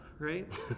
right